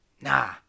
Nah